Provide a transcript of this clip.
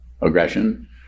aggression